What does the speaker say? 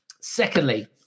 Secondly